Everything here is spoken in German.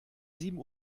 sieben